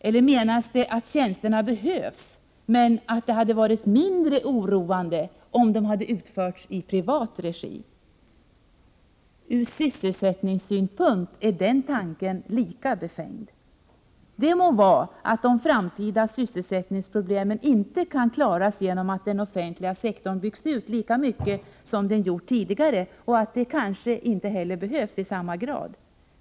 Eller menas det att tjänsterna behövs men att det hade varit mindre oroande om de utförts i privat regi? Ur sysselsättningssynpunkt är den tanken lika befängd. Det må vara att de framtida sysselsättningsproblemen inte kan klaras genom att den offentliga sektorn byggs ut lika mycket som tidigare och att det kanske inte heller behövs i samma grad.